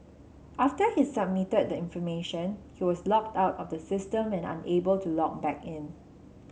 after he submitted the information he was logged out of the system and unable to log back in